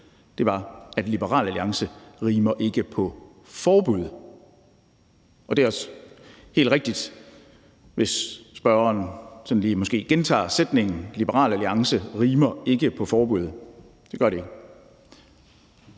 var, at Liberal Alliance ikke rimer på forbud. Og det er også helt rigtigt, hvis spørgeren måske sådan lige gentager sætningen: Liberal Alliance rimer ikke på forbud. Det gør det ikke.